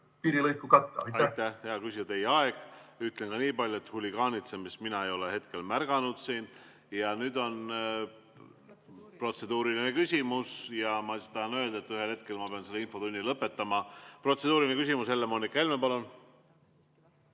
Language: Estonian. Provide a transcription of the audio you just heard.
piirilõiku katta? Aitäh, hea küsija, teie aeg! Ütlen ka niipalju, et huligaanitsemist mina ei ole märganud siin. Nüüd on protseduuriline küsimus ja ma tahan öelda, et ühel hetkel ma pean selle infotunni lõpetama. Protseduuriline küsimus, Helle-Moonika Helme, palun!